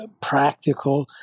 practical